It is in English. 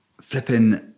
flipping